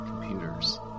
computers